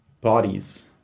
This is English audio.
bodies